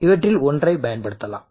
இவற்றில் ஒன்றைப் பயன்படுத்தலாம்